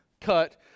cut